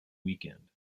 weekend